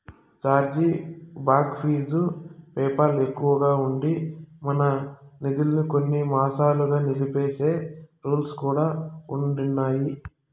charge back fee PayPal ఎక్కువగా ఉండి, మన నిదుల్మి కొన్ని మాసాలుగా నిలిపేసే రూల్స్ కూడా ఉండిన్నాయి